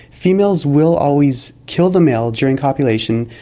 females will always kill the male during copulation,